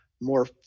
more